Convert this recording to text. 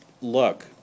look